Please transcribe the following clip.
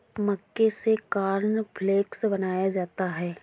मक्के से कॉर्नफ़्लेक्स बनाया जाता है